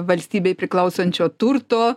valstybei priklausančio turto